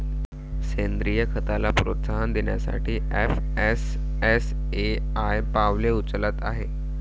सेंद्रीय खताला प्रोत्साहन देण्यासाठी एफ.एस.एस.ए.आय पावले उचलत आहे